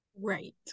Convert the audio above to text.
Right